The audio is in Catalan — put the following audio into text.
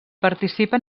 participa